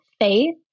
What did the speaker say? faith